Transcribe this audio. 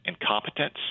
incompetence